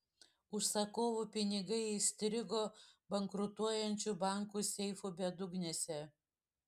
užsakovų pinigai įstrigo bankrutuojančių bankų seifų bedugnėse